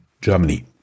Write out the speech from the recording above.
Germany